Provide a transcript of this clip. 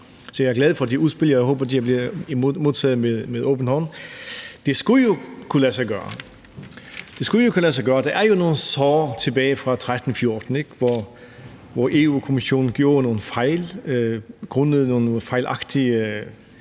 jeg er glad for det udspil, og jeg håber, det bliver modtaget med åbne arme. Det skulle jo kunne lade sig gøre. Der er jo nogle sår tilbage fra 2013-14, hvor EU-Kommissionen begik nogle fejl grundet nogle fejlagtige